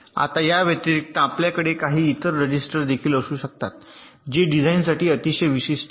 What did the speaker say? आता याव्यतिरिक्त आपल्याकडे काही इतर रजिस्टर देखील असू शकतात जे डिझाइनसाठी अतिशय विशिष्ट आहेत